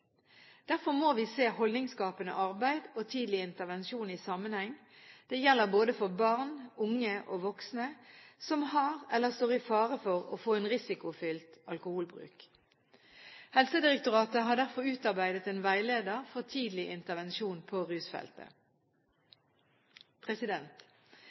Derfor må vi se holdningsskapende arbeid og tidlig intervensjon i sammenheng. Det gjelder både for barn, unge og voksne som har eller står i fare for å få en risikofylt alkoholbruk. Helsedirektoratet har derfor utarbeidet en veileder for tidlig intervensjon på rusfeltet.